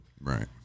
Right